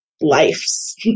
lives